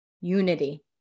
Unity